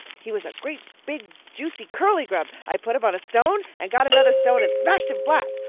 he was a great big juicy curly grub. i put him on a stone and got another stone and smashed him flat.